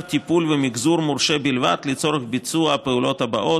טיפול ומחזור מורשה בלבד לצורך ביצוע הפעולות האלה: